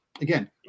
again